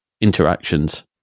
interactions